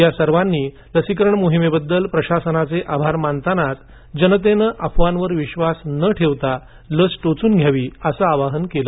या सर्वांनी लसीकरण मोहिमेबद्दल प्रशासनाचे आभार मानतानाच जनतेनं अफवांवर विश्वास न ठेवता लस टोचवून घ्यावी असं आवाहन केलं